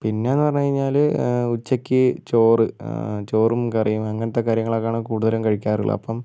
പിന്നെ എന്ന് പറഞ്ഞുകഴിഞ്ഞാല് ഉച്ചക്ക് ചോറ് ചോറും കറിയും അങ്ങനത്തെ കാര്യങ്ങളൊക്കെയാണ് കൂടുതലും കഴിക്കാറുള്ളത് അപ്പം